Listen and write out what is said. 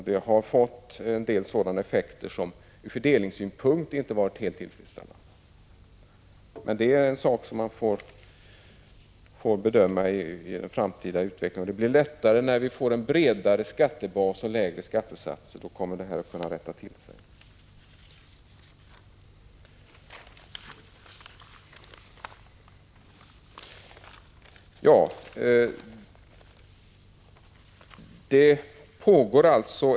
Det har fått en del effekter som ur fördelningssynpunkt inte har varit helt tillfredsställande, men i en framtid, när vi får en bredare skattebas och lägre skattesatser, kommer det att rätta till sig.